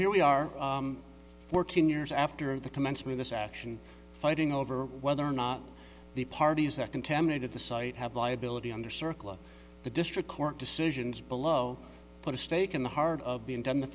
here we are fourteen years after the commencement this action fighting over whether or not the parties that contaminated the site have liability under circling the district court decisions below put a stake in the heart of